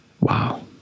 Wow